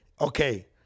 Okay